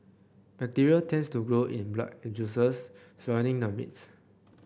bacteria tends to grow in the blood and juices surrounding the meat